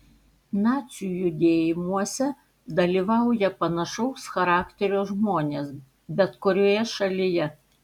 nacių judėjimuose dalyvauja panašaus charakterio žmonės bet kurioje šalyje